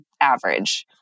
average